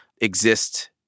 exist